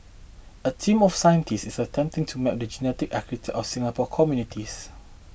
a team of scientists is attempting to map the genetic architecture of Singapore's communities